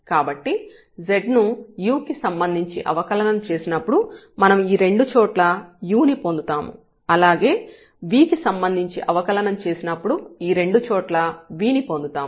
కాబట్టి z ను u కి సంబంధించి అవకలనం చేసినప్పుడు మనం ఈ రెండు చోట్లా u ని పొందుతాము మరియు అలాగే v కి సంబంధించి అవకలనం చేసినప్పుడు ఈ రెండు చోట్లా v ని పొందుతాము